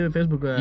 Facebook